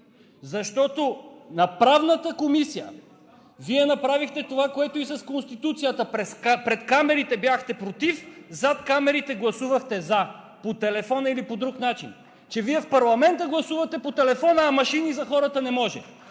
Защото в Правната комисия Вие направихте това, което и с Конституцията – пред камерите бяхте „против“, зад камерите гласувахте „за“ по телефона или по друг начин?! В парламента гласувате по телефона, а машини за хората не може?!